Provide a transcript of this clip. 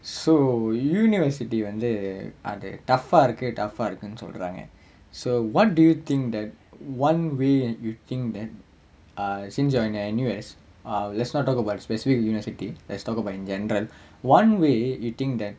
so university வந்து அது:vanthu athu tough ah இருக்கு:irukku tough ah இருக்குன்னு சொல்றாங்க:irukkunnu solraanga so what do you think that [one] way you think that err since you're in N_U_S uh let's not talk about specific university let's talk about in general one way that you think that